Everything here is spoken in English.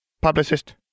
publicist